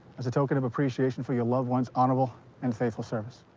as a token of appreciation for your loved one's honorable and faithful service.